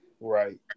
right